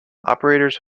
operators